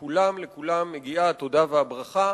לכולם, לכולם מגיעה התודה והברכה.